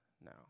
now